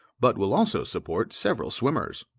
but will also support several swimmers.